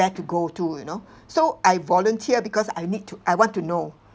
where to go to you know so I volunteer because I need to I want to know